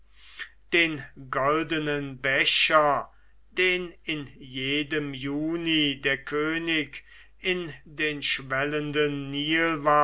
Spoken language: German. den goldenen becher den in jedem juni der könig in den schwellenden nil